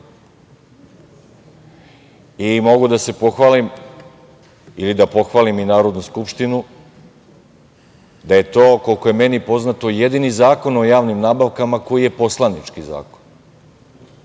Mogu da se pohvalim ili da pohvalim i Narodnu skupštinu da je to, koliko je meni poznato, jedini Zakon o javnim nabavkama koji je poslanički